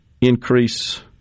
increase